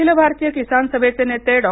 अखिल भारतीय किसान सभेचे नेते डॉ